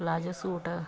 palazzo suit